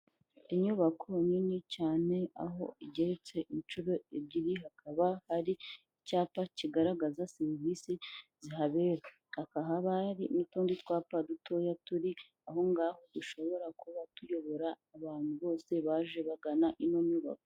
Inyubako nini cyane aho igeretse inshuro ebyiri hakaba hari icyapa kigaragaza serivisi zihabera, hakaba hari n'utundi twapa dutoya turi aho ngaho dushobora kuba tuyobora abantu bose baje bagana ino nyubako.